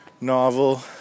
novel